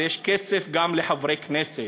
ויש כסף גם לחברי כנסת.